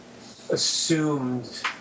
assumed